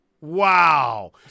wow